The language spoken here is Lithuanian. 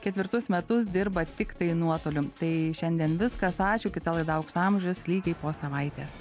ketvirtus metus dirba tiktai nuotoliu tai šiandien viskas ačiū kita laida aukso amžius lygiai po savaitės